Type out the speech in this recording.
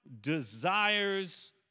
desires